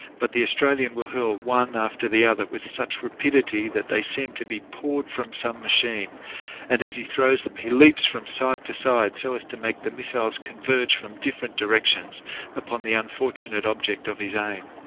but the australian will hurl one after the other with such rapidity that they seem to be poured from some machine and as he throws them he leaps from side to side so as to make the missiles converge from different directions upon the unfortunate object of his aim.